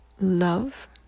love